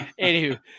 anywho